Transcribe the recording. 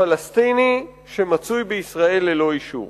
פלסטיני שנמצא בישראל ללא אישור.